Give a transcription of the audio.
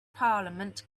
parliament